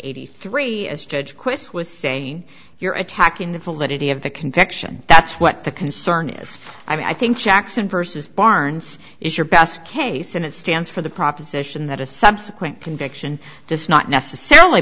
eighty three as judge quest was saying you're attacking the validity of the conviction that's what the concern is i think jackson versus barnes is your best case and it stands for the proposition that a subsequent conviction does not necessarily